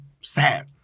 sad